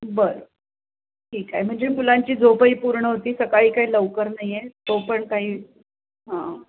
बरं ठीक आहे म्हणजे मुलांची झोपही पूर्ण होती सकाळी काही लवकर नाही आहे तो पण काही हां